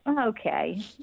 okay